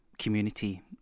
community